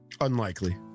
unlikely